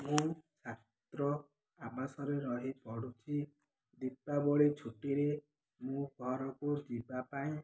ମୁଁ ଛାତ୍ର ଆବାସରେ ରହି ପଢ଼ୁଛି ଦୀପାବଳି ଛୁଟିରେ ମୁଁ ଘରକୁ ଯିବା ପାଇଁ